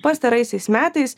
pastaraisiais metais